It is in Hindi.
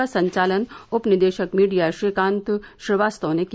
का संचालन उप निदेशक मीडिया डॉ श्रीकांत श्रीवास्तव ने किया